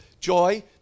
joy